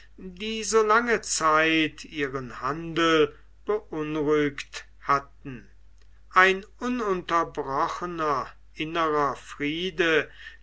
die so lange zeit ihren handel beunruhigt hatten ein ununterbrochener innerer friede